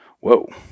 Whoa